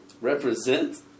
Represent